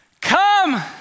Come